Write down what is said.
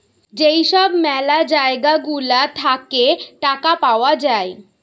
যেই সব ম্যালা জায়গা গুলা থাকে টাকা পাওয়া যায়